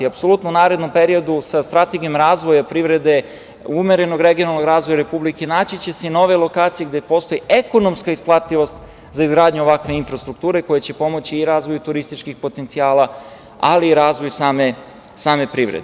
Apsolutno, u narednom periodu, sa strategijom razvoja privrede, umerenog regionalnog razvoja Republike, naći će se i nove lokacije gde postoji ekonomska isplativost za izgradnju ovakve infrastrukture koja će pomoći i razvoju turističkih potencijala, ali i razvoj same privrede.